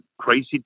crazy